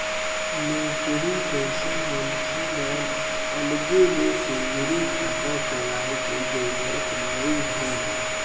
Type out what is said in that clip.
नउकरी पइसा मनखे ल अलगे ले सेलरी खाता खोलाय के जरूरत नइ हे